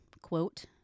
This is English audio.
quote